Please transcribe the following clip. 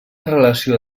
relació